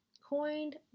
coined